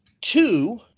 two